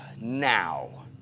now